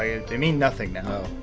they mean nothing now.